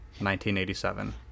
1987